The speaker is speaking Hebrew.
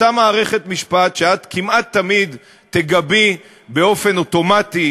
אותה מערכת משפט שאת כמעט תמיד תגבי באופן אוטומטי